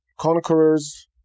conquerors